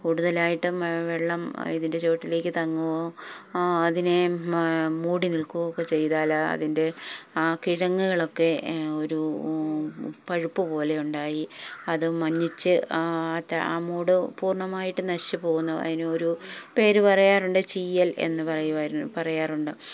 കൂടുതലായിട്ടും വെള്ളം ഇതിൻ്റെ ചുവട്ടിലേക്ക് തങ്ങുകയോ അതിനെ മൂടി നിൽക്കുകയുമൊക്കെ ചെയ്താല് അതിൻ്റെ ആ കിഴങ്ങുകളൊക്കെ ഒരു പഴുപ്പ് പോലെയുണ്ടായി അത് മഞ്ഞിച്ച് ആ ആ മൂട് പൂർണ്ണമായിട്ട് നശിച്ചുപോകുന്നു അതിനൊരു പേര് പറയാറുണ്ട് ചീയൽ എന്ന് പറയാറുണ്ട്